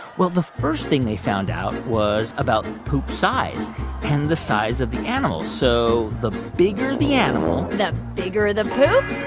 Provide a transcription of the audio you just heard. well, the first thing they found out was about poop size and the size of the animals. so the bigger the animal. the bigger the poop?